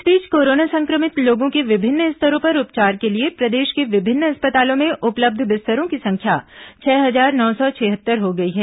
इस बीच कोरोना संक्रमित लोगों के विभिन्न स्तरों पर उपचार के लिए प्रदेश के विभिन्न अस्पतालों में उपलब्ध बिस्तरों की संख्या छह हजार नौ सौ छिहत्तर हो गई है